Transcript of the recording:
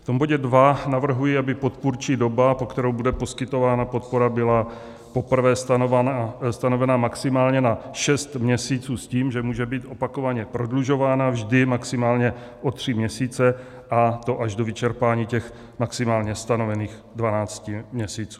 V bodě 2 navrhuji, aby podpůrčí doba, po kterou bude poskytována podpora, byla poprvé stanovena maximálně na 6 měsíců s tím, že může být opakovaně prodlužována, vždy maximálně o 3 měsíce, a to až do vyčerpání maximálně stanovených 12 měsíců.